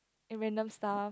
and random stuff